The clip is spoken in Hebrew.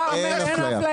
אתה אומר אין אפליה?